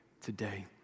today